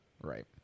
Right